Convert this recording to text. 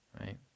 right